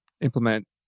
implement